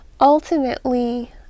ultimately